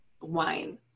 wine